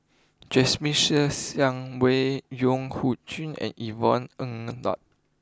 Jasmine Ser Xiang Wei and Yvonne Ng